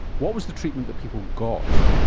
what was the treatment that people got?